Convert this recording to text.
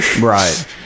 right